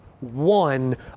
one